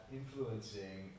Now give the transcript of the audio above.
influencing